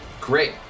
Great